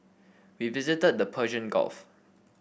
we visited the Persian Gulf